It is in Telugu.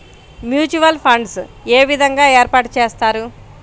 మ్యూచువల్ ఫండ్స్ ఏ విధంగా ఏర్పాటు చేస్తారు?